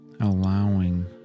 Allowing